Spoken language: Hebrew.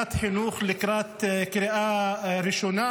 בוועדת חינוך לקראת קריאה ראשונה,